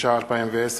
התש"ע 2010,